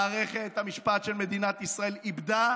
מערכת המשפט של מדינת ישראל איבדה